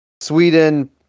Sweden